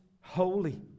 holy